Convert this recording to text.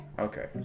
Okay